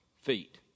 feet